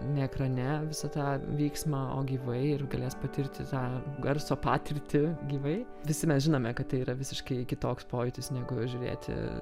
ne ekrane visą tą vyksmą o gyvai ir galės patirti tą garso patirtį gyvai visi mes žinome kad tai yra visiškai kitoks pojūtis negu žiūrėti